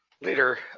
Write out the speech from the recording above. later